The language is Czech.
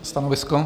Stanovisko?